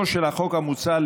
החוק המוצע,